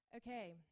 Okay